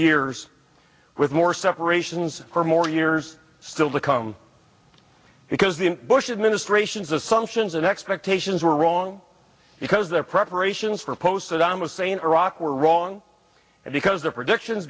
years with more separations for more years still to come because the bush administration's assumptions and expectations were wrong because their preparations for post saddam hussein iraq were wrong and because their predictions